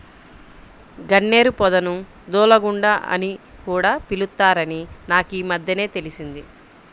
గన్నేరు పొదను దూలగుండా అని కూడా పిలుత్తారని నాకీమద్దెనే తెలిసింది